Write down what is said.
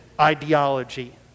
ideology